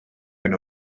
hyn